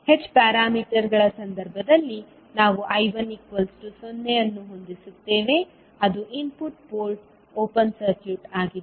H ಪ್ಯಾರಾಮೀಟರ್ಗಳ ಸಂದರ್ಭದಲ್ಲಿ ನಾವು I1 0 ಅನ್ನುಹೊಂದಿಸುತ್ತೇವೆ ಅದು ಇನ್ಪುಟ್ ಪೋರ್ಟ್ ಓಪನ್ ಸರ್ಕ್ಯೂಟ್ ಆಗಿದೆ